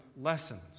lessons